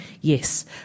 yes